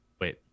wait